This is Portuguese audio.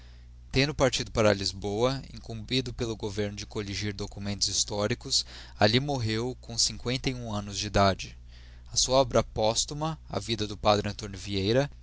tendo partido para lisboa incumbido pelo governo de colligir documentos históricos alli morreu com annos de idade a sua obra posthuma a vida do padre antomo vieira